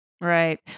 Right